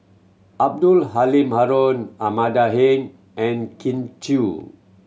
Abdul Halim Haron Amanda Heng and Kin Chui